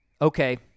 okay